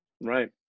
Right